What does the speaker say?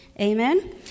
Amen